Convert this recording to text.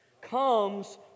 Comes